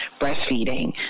breastfeeding